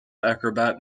acrobat